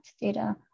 data